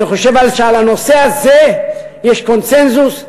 אני חושב שעל הנושא הזה יש קונסנזוס,